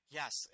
Yes